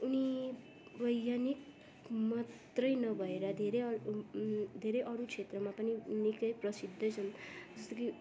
अनि वैज्ञानिक मात्रै नभएर धेरै अरू धेरै अरू क्षेत्रमा पनि निकै प्रसिद्धै छन् जस्तो कि